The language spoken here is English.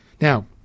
Now